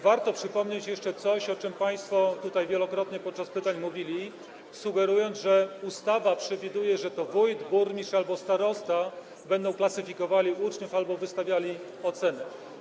Warto przypomnieć jeszcze coś, o czym państwo tutaj wielokrotnie mówili podczas zadawania pytań, sugerując, że ustawa przewiduje, że to wójt, burmistrz albo starosta będą klasyfikowali uczniów albo wystawiali oceny.